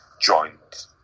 joint